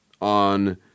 on